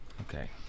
Okay